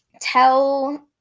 tell